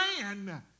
man